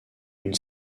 une